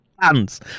fans